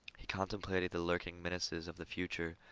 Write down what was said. he contemplated the lurking menaces of the future,